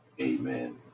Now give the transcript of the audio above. Amen